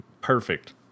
Perfect